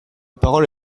parole